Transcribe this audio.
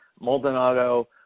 Maldonado